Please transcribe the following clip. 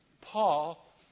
Paul